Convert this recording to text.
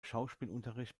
schauspielunterricht